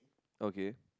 okay